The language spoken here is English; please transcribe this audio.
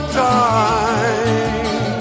time